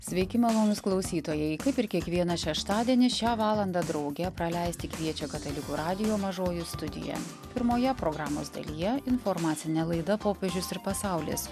sveiki malonūs klausytojai kaip ir kiekvieną šeštadienį šią valandą drauge praleisti kviečia katalikų radijo mažoji studija pirmoje programos dalyje informacinė laida popiežius ir pasaulis